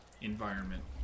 environment